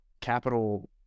capital